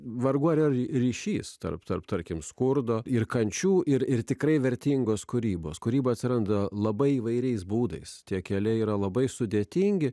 vargu ar ryšys tarp tarp tarkim skurdo ir kančių ir ir tikrai vertingos kūrybos kūryba atsiranda labai įvairiais būdais tie keliai yra labai sudėtingi